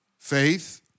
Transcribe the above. Faith